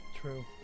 True